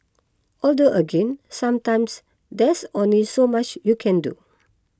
although again sometimes there's only so much you can do